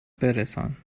برسان